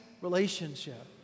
relationship